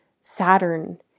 Saturn